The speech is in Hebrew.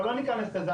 אבל לא ניכנס לזה.